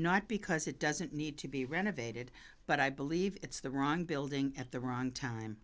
not because it doesn't need to be renovated but i believe it's the wrong building at the wrong time